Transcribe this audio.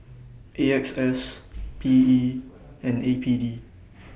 A X S P E and A P D